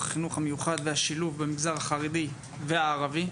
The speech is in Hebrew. החינוך המיוחד והשילוב במגזר החרדי והערבי?